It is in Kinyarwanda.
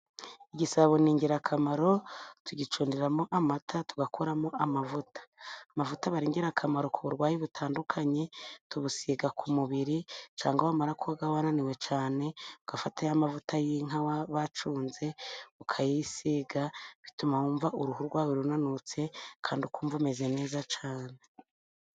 Igisabo ni ingirakamaro tugicundiramo amata tugakoramo amavuta, amavuta aba ari ingirakamaro ku burwayi butandukanye tuyasiga ku mubiri, cyangwa wamara koga unaniwe cyane ugafata ya mavuta y'inka bacunze ukayisiga, bituma wumva uruhu rwawe runanutse kandi ukumva umeze neza cyane.